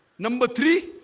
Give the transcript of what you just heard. number three